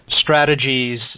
strategies